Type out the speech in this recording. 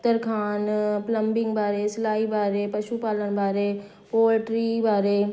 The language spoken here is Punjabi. ਤਰਖਾਣ ਪਲੰਬਿੰਗ ਬਾਰੇ ਸਿਲਾਈ ਬਾਰੇ ਪਸ਼ੂ ਪਾਲਣ ਬਾਰੇ ਪੋਲਟਰੀ ਬਾਰੇ